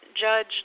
judge